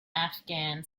afghan